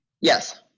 Yes